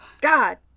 God